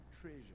treasure